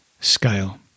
scale